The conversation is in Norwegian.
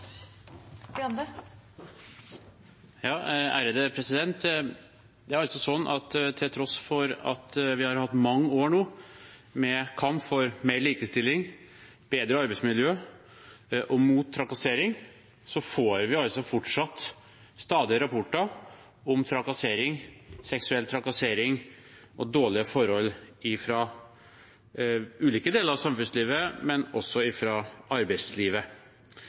Til tross for at vi nå har hatt mange år med kamp for mer likestilling og bedre arbeidsmiljø og mot trakassering, får vi fortsatt rapporter om trakassering, seksuell trakassering og dårlige forhold fra ulike deler av samfunnslivet, også fra arbeidslivet.